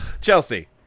Chelsea